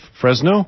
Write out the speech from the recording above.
Fresno